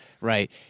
right